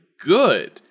good